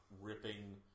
ripping